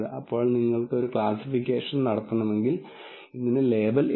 അപ്പോൾ നിങ്ങൾക്ക് ഒരു ക്ലാസ്സിഫിക്കേഷൻ നടത്തണമെങ്കിൽ ഇതിന് ലേബൽ ഇല്ല